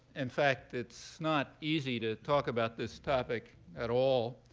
in fact, it's not easy to talk about this topic at all